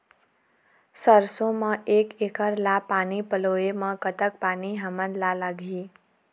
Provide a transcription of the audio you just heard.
सरसों म एक एकड़ ला पानी पलोए म कतक पानी हमन ला लगही?